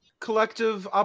Collective